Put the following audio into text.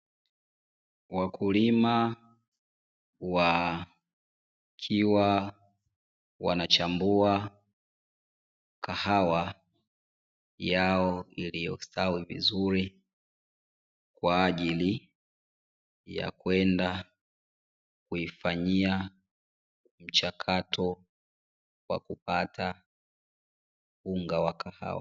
Wakulima wakiwa wanachambua kahawa yao, iliyostawi vizuri kwa ajili ya kwenda kuifanyia mchakato kwa kupata unga wa kahawa.